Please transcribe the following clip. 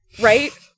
right